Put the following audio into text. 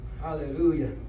Hallelujah